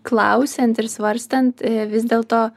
klausiant ir svarstant vis dėlto